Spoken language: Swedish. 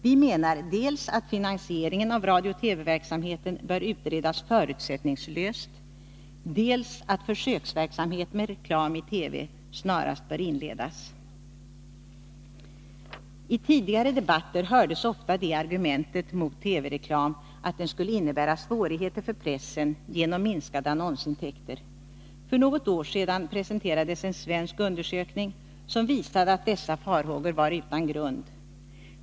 Vi menar dels att finansieringen av radio-TV-verksamheten bör utredas förutsättningslöst, dels att försöksverksamhet med reklam i TV snarast bör inledas. I tidigare debatter hördes ofta det argumentet mot TV-reklam att den skulle innebära svårigheter för pressen genom minskade annonsintäkter. För något år sedan presenterades en svensk undersökning, som visade att dessa farhågor var utan grund.